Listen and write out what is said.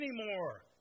anymore